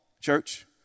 church